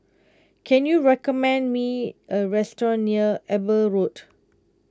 can you recommend me a restaurant near Eber Road